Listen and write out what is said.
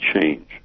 change